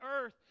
earth